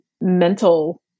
mental